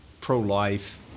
pro-life